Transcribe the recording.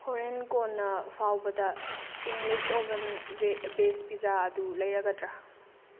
ꯍꯣꯔꯦꯟ ꯀꯣꯟꯅ ꯐꯥꯎꯕꯗ ꯏꯪꯂꯤꯁ ꯑꯣꯕꯟ ꯕꯦꯁ ꯄꯤꯖꯥ ꯑꯗꯨ ꯂꯩꯔꯒꯗ꯭ꯔꯥ